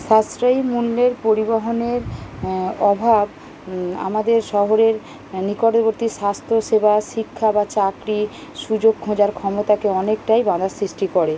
সাশ্রয়ী মূল্যের পরিবহনের অভাব আৰমাদের শহরের নিকটবর্তী স্বাস্থ্যসেবা শিক্ষা বা চাকরি সুযোগ খোঁজার ক্ষমতাকে অনেকটাই বাধার সৃষ্টি করে